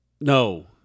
No